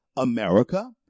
America